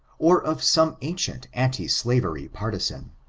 or of some ancient anti-slavery pardzan.